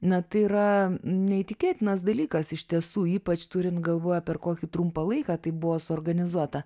na tai yra neįtikėtinas dalykas iš tiesų ypač turint galvoje per kokį trumpą laiką tai buvo suorganizuota